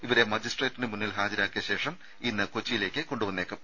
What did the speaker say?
ഇവരെ മജിസ്ട്രേറ്റിന് മുന്നിൽ ഹാജരാക്കിയ ശേഷം ഇന്ന് കൊച്ചിയിലേക്ക് കൊണ്ടുവന്നേക്കും